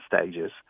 stages